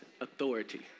authority